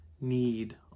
need